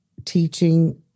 Teaching